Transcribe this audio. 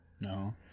No